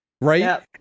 Right